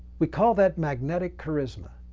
we call that magnetic charisma,